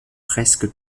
presque